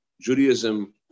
Judaism